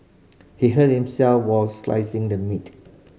he hurt himself while slicing the meat